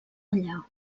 allà